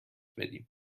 بدیم